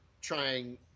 trying